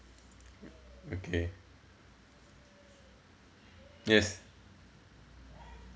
okay yes